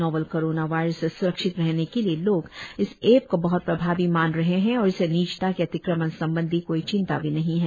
novel corona virus से सुरक्षित रहने के लिए लोग इस ऐप को बहत प्रभावी मान रहे हैं और इससे निजता के अतिक्रमण संबंधी कोई चिंता भी नहीं है